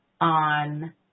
on